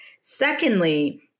Secondly